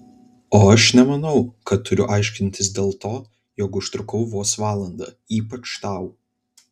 o aš nemanau kad turiu aiškintis dėl to jog užtrukau vos valandą ypač tau